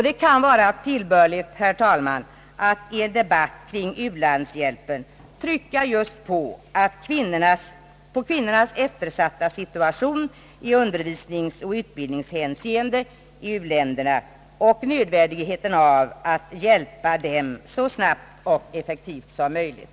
Det kan vara tillbörligt, herr talman, att i en debatt om u-hjälpen trycka just på kvinnornas eftersatta situation i undervisningsoch utbildningshänseende i u-länderna och på nödvändigheten av att hjälpa dem så snabbt och effektivt som möjligt.